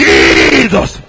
Jesus